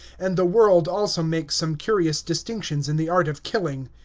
and the world also makes some curious distinctions in the art of killing.